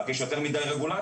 רק יש יותר מידי רגולציה,